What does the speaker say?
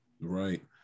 Right